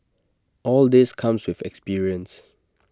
all this comes with experience